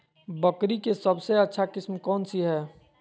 बकरी के सबसे अच्छा किस्म कौन सी है?